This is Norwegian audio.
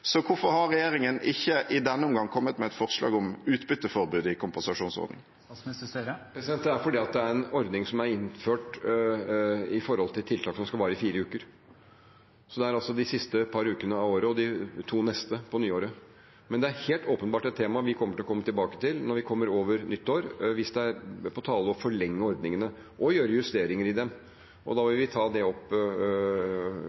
Så hvorfor har regjeringen ikke i denne omgang kommet med et forslag om utbytteforbud i kompensasjonsordningen? Det er fordi det er en ordning som er innført med tanke på tiltak som skal vare i fire uker. Det er altså de siste par ukene av dette året og de to neste, på nyåret. Men det er helt åpenbart et tema vi kommer til å komme tilbake til når vi kommer over nyttår, hvis det er på tale å forlenge ordningene og gjøre justeringer i dem. Da vil vi ta det opp og